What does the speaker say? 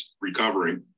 recovering